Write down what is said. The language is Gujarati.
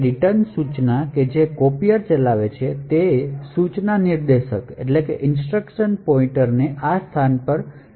RET સૂચના કે જે copier ચલાવે છે તે સૂચના નિર્દેશક ને આ સ્થાન પર બદલવાનો પ્રયત્ન કરે છે